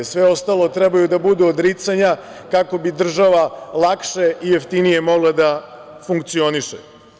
Sve ostalo treba da budu odricanja, kako bi država lakše i jeftinije mogla da funkcioniše.